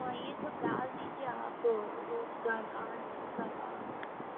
हाँ ये सब डाल दिजिए आप रोज़गार का शिक्षा का